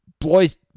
Boys